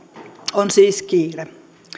on siis kiire